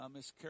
Miss